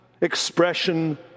expression